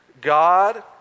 God